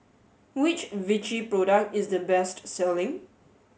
which Vichy product is the best selling